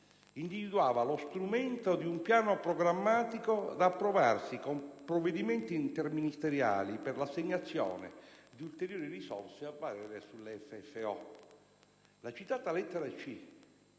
individuava lo strumento di un piano programmatico, da approvarsi con provvedimenti interministeriali, per l'assegnazione di ulteriori risorse a valere sul Fondo di finanziamento ordinario.